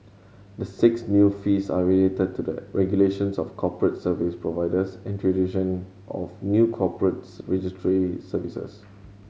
the six new fees are related to the regulations of corporate service providers and tradition of new corporates registry services